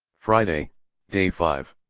friday day five.